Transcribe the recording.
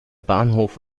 bahnhof